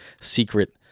secret